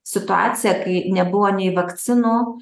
situacija kai nebuvo nei vakcinų